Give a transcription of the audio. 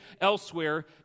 elsewhere